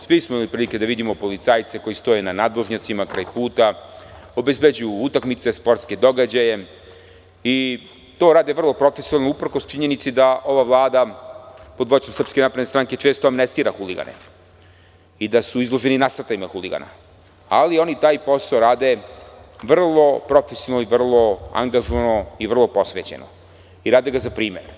Svi smo imali prilike da vidimo policajce koji stoje na nadvožnjacima, kraj puta, obezbeđuju utakmice, sportske događaje i to rade vrlo profesionalno uprkos činjenici da ova Vlada pod vođstvom Srpske napredne stranke često amnestira huligane i da su izloženi nasrtajima huligana, ali oni taj posao rade vrlo profesionalno i vrlo angažovano i vrlo posvećeno i rade ga za primer.